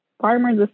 farmers